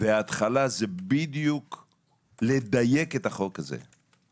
וההתחלה זה לדייק את החוק הזה.